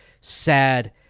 sad